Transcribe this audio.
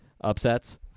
upsets